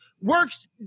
Works